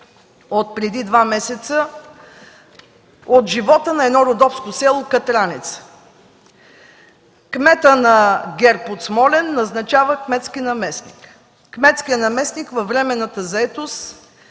отпреди два месеца от живота на едно родопско село – Катраница. Кметът на ГЕРБ от Смолян назначава кметски наместник. Кметският наместник във временната заетост